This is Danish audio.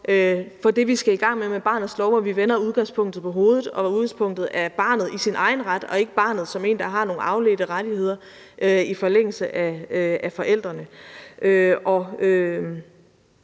for det, vi skal i gang med med barnets lov – at vi vender udgangspunktet på hovedet, og udgangspunktet er barnet i dets egen ret og ikke barnet som en, der har nogle afledte rettigheder i forlængelse af forældrene.